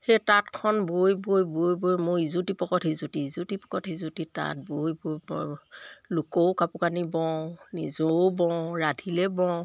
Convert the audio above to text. সেই তাঁতখন বৈ বৈ বৈ বৈ মই ইজুতিপত সিজুতি ইজুতিপত সিজুতি তাঁত বৈ বৈ লোকৰো কাপোৰ কানি বওঁ নিজেও বওঁ ৰাধিলে বওঁ